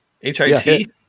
hit